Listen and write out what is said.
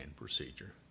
procedure